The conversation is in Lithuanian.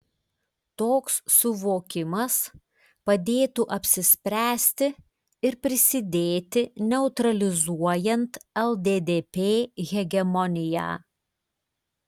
toks suvokimas padėtų apsispręsti ir prisidėti neutralizuojant lddp hegemoniją